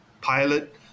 pilot